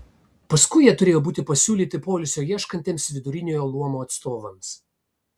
paskui jie turėjo būti pasiūlyti poilsio ieškantiems viduriniojo luomo atstovams